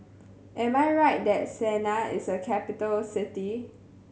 am I right that Sanaa is a capital city